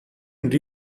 and